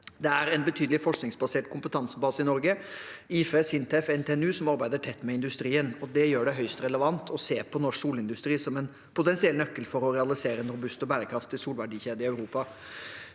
Det er en betydelig forskningsbasert kompetansebase i Norge med Institutt for energiteknikk, IFE, Sintef og NTNU, som arbeider tett med industrien. Dette gjør det høyst relevant å se på norsk solindustri som en potensiell nøkkel for å realisere en robust og bærekraftig solverdikjede i Europa.